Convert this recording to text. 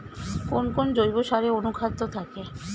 কোন কোন জৈব সারে অনুখাদ্য থাকে?